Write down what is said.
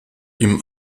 ihm